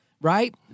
right